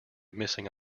missing